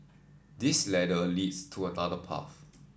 this ladder leads to another path